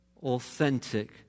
Authentic